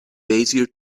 bezier